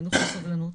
חינוך לסובלנות,